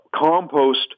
compost